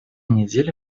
недели